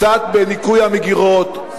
קצת בניקוי המגירות,